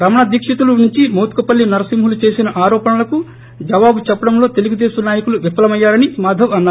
రమణ దీక్షితులు నుంచి మోత్కుపల్లి నరసింహులు చేసిన ఆరోపణలకు జవాబు చెప్పడంలో తెలుగుదేశం నాయకులు విఫలమయ్యారని మాధవ్ అన్నారు